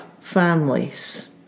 families